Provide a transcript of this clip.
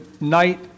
night